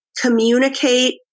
communicate